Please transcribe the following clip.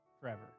forever